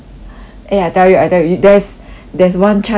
eh I tell you I tell you there's there's one chance you can do it